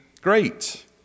great